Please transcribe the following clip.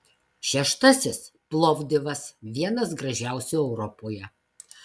šeštasis plovdivas vienas gražiausių europoje